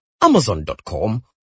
amazon.com